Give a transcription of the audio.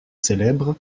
célèbre